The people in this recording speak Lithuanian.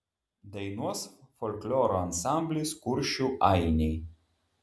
dainuos folkloro ansamblis kuršių ainiai